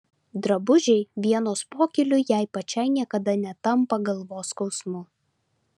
drabužiai vienos pokyliui jai pačiai niekada netampa galvos skausmu